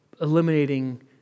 eliminating